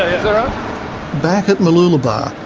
um back at mooloolaba,